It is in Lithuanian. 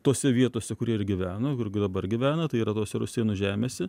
tose vietose kur jie ir gyveno kur ir dabar gyvena tai yra tos rusėnų žemėse